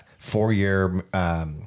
four-year